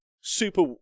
super